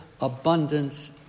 abundance